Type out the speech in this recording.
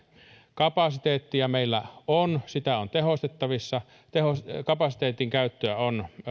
kapasiteettia meillä on sitä on tehostettavissa tehostettavissa kapasiteetin käyttöä on